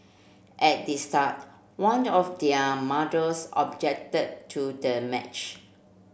at the start one of their mothers objected to the match